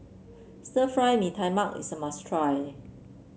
Stir Fry Mee Tai Mak is a must try